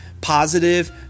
positive